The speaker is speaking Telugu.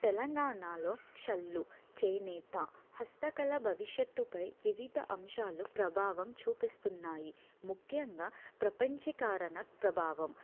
తెలంగాణలో క్షల్లు చేనేత హస్తకళ భవిష్యత్తుపై వివిధ అంశాలు ప్రభావం చూపిస్తున్నాయి ముఖ్యంగా ప్రపంచకారణ ప్రభావం